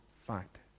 fact